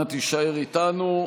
אנא הישאר איתנו.